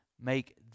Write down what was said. make